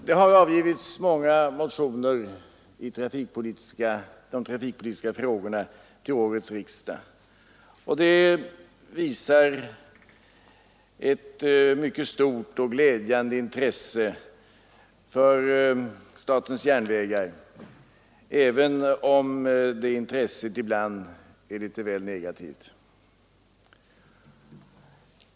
Det har avgivits många motioner till årets riksdag i de trafikpolitiska frågorna, och det vittnar om ett stort och glädjande intresse för statens järnvägar, även om det intresset ibland är väl negativt.